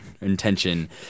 intention